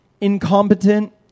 incompetent